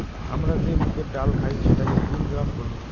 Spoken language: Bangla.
হামরা যে মুগের ডাল খাই সেটাকে গ্রিন গ্রাম কোহি